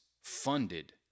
Funded